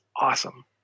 awesome